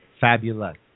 fabulous